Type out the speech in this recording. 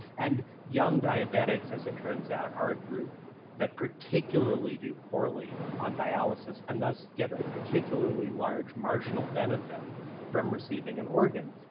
and young diabetics, as it turns out, are a group that particularly do poorly on dialysis and thus get a particularly large marginal benefit from receiving an organ.